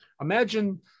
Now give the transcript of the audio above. imagine